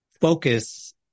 focus